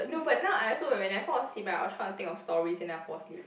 no but now I also when I fall asleep right I will try to think of stories and I'll fall asleep